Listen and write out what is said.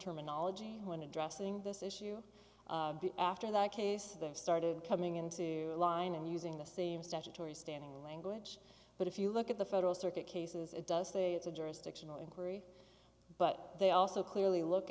terminology when addressing this issue after that case started coming into line and using the same statutory standing language but if you look at the federal circuit cases it does say it's a jurisdictional inquiry but they also clearly look